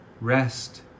rest